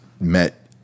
met